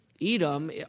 Edom